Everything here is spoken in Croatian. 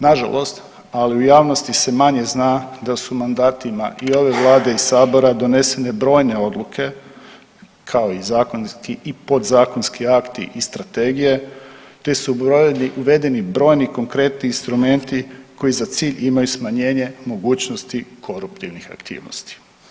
Nažalost ali u javnosti se manje zna da su mandatima i ove Vlade i Sabora donesene brojne odluke kao i zakonski i podzakonski akti i strategije, te su uvedeni brojni konkretni instrumenti koji za cilj imaju smanjenje mogućnosti koruptivnih aktivnosti.